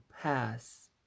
pass